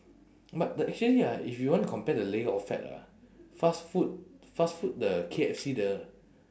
but the actually ah if you want compare the layer of fat ah fast food fast food the K_F_C the